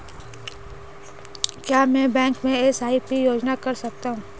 क्या मैं बैंक में एस.आई.पी योजना कर सकता हूँ?